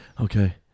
okay